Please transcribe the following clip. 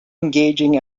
engaging